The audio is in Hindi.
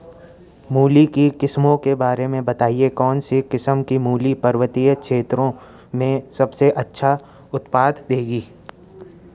मूली की किस्मों के बारे में बताइये कौन सी किस्म की मूली पर्वतीय क्षेत्रों में सबसे अच्छा उत्पादन देंगी?